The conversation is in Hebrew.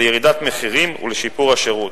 לירידת מחירים ולשיפור השירות.